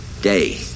day